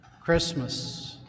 Christmas